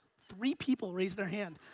three people raised their hand.